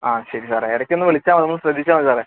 ആ ശരി സാറെ ഇടയ്ക്ക് ഒന്ന് വിളിച്ചാൽ മതി ഒന്ന് ശ്രദ്ധിച്ചാൽ മതി സാറെ